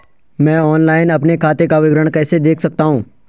मैं ऑनलाइन अपने खाते का विवरण कैसे देख सकता हूँ?